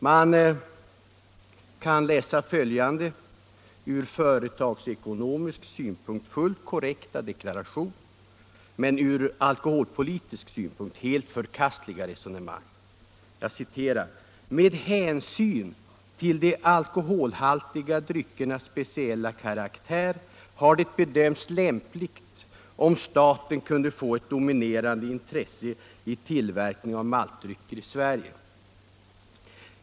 Man kan läsa följande ur före = AB Pripps Bryggeritagsekonomisk synpunkt fullt korrekta deklaration men ur alkoholpoer litisk synpunkt helt förkastliga resonemang: ”Med hänsyn till de alkoholhaltiga maltdryckernas speciella karaktär har det därvid bedömts ur allmän synpunkt lämpligt om staten kunde få ett dominerande intresse i tillverkningen av maltdrycker i Sverige.